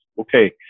Okay